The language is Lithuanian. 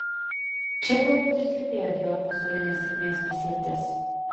čia galbūt ir slypėjo dior pasaulinės sėkmės paslaptis